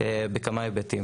בכמה היבטים.